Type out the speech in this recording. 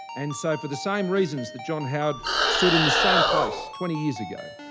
and so for the same reasons that john howard stood in the same place twenty years ago,